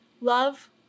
love